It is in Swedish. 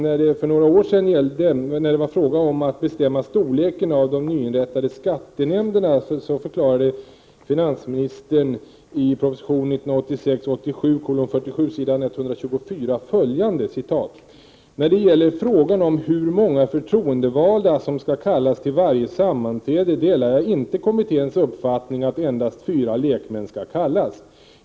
När det för några år sedan var fråga om att bestämma storleken på de nyinrättade skattenämnderna förklarade finansministern i proposition 1986/87:47 s. 124 följande: ”När det gäller frågan om hur många förtroendevalda som skall kallas till varje sammanträde delar jag inte kommitténs uppfattning att endast fyra lekmän skall kallas.